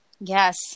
Yes